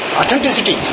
authenticity